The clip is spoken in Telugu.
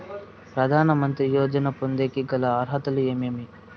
ప్రధాన మంత్రి యోజన పొందేకి గల అర్హతలు ఏమేమి?